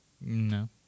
No